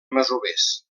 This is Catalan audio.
masovers